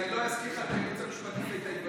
את ממשיכה לצעוק סתם.